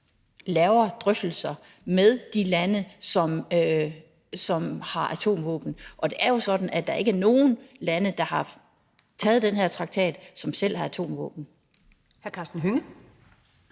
laver drøftelser med de lande, som har atomvåben. Og det er jo sådan, at der ikke er nogen lande, som selv har atomvåben,